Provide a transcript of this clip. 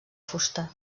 fusta